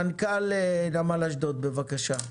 מנכ"ל נמל אשדוד, בבקשה.